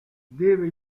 deve